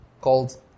called